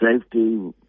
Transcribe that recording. safety